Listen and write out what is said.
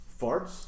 farts